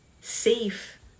safe